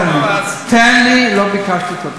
לא ביקשתי תודה.